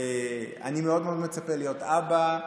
אני מאוד מצפה להיות אבא.